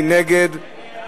מי נגד?